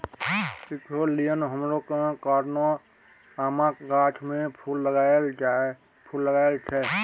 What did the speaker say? ethylene हार्मोनक कारणेँ आमक गाछ मे फुल लागय छै